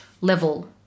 level